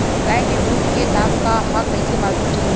गाय के दूध के दाम का ह कइसे मालूम चली?